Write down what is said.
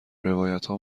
روایتها